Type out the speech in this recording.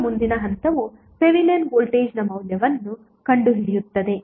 ಈಗ ಮುಂದಿನ ಹಂತವು ಥೆವೆನಿನ್ ವೋಲ್ಟೇಜ್ನ ಮೌಲ್ಯವನ್ನು ಕಂಡುಹಿಡಿಯುತ್ತಿದೆ